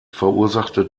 verursachte